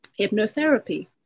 hypnotherapy